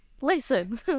Listen